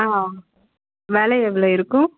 ஆ வில எவ்வளோ இருக்கும்